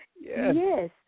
Yes